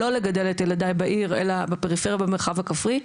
לא לגדל את ילדי בעיר אלא בפריפריה במרחב הכפרי,